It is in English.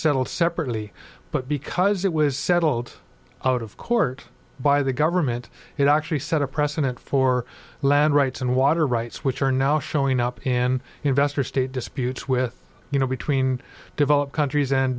settled separately but because it was settled out of court by the government it actually set a precedent for land rights and water rights which are now showing up in investor state disputes with you know between developed countries and